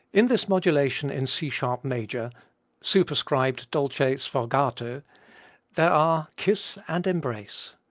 in this modulation in c sharp major superscribed dolce sfogato there are kiss and embrace!